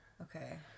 okay